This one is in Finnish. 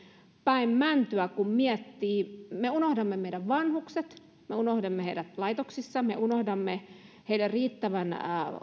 päin mäntyä kun miettii me unohdamme meidän vanhukset me unohdamme heidät laitoksissa me unohdamme heidän